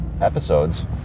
episodes